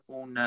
un